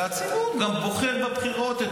והציבור גם בוחר בבחירות,